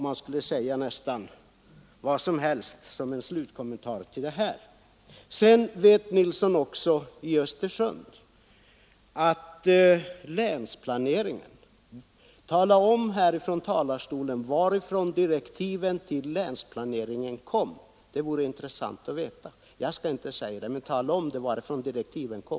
Man kan säga nästan vad som helst som en slutkommentar till detta. Tala sedan om, herr Nilsson, varifrån direktiven till länsplaneringen kom, Det vore intressant att få höra det. Jag skall inte säga det, men tala gärna om, herr Nilsson, varifrån direktiven kom!